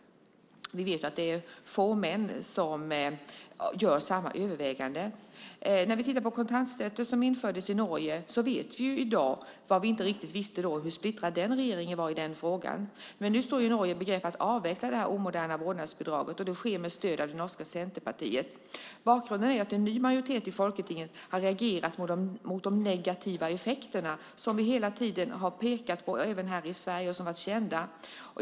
Vi vet att det är få män som gör samma överväganden. När vi tittar på kontantstøtten som infördes i Norge vet vi i dag vad vi inte riktigt visste då, nämligen hur splittrad den regeringen var i den frågan. Men nu står Norge i begrepp att avveckla det omoderna vårdnadsbidraget, och det sker med stöd av norska Senterpartiet. Bakgrunden är att en ny majoritet i Stortinget har reagerat mot de negativa effekter som man hela tiden har pekat på, även vi här i Sverige, och som har varit kända.